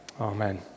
Amen